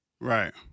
Right